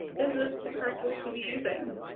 this this the correct wool to be using